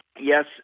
Yes